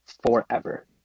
forever